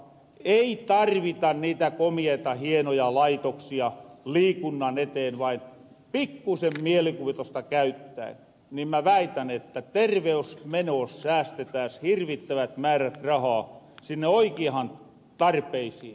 ei tarvita niitä komioita hienoja laitoksia liikunnan eteen vaan pikkusen mielikuvitusta käyttäen niin mä väitän että terveysmenoos säästettäs hirvittävät määrät rahaa sinne oikiahan tarpeisiin